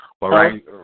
Right